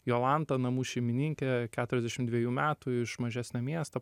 jolanta namų šeimininkė keturiasdešim dviejų metų iš mažesnio miesto